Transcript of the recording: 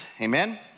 Amen